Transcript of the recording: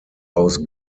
aus